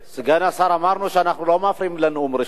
סגן השר, אמרנו שאנחנו לא מפריעים לנאום ראשון.